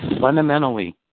fundamentally